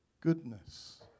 goodness